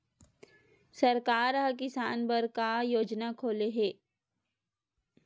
सरकार ह किसान बर का योजना खोले हे?